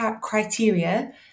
criteria